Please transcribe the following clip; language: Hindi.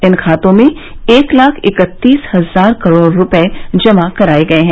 इन खातों में एक लाख इकत्तीस हजार करोड़ रूपये जमा कराए गए हैं